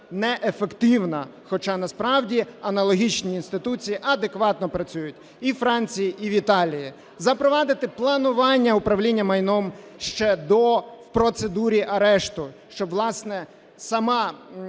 неефективне. Хоча насправді аналогічні інституції адекватно працюють і у Франції, і в Італії. Запровадити планування управління майном ще до, в процедурі арешту, щоб, власне, саме